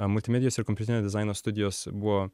multimedijos ir kompiuterinio dizaino studijos buvo